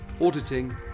auditing